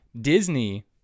Disney